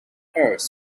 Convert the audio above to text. earth